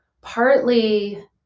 partly